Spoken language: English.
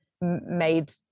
made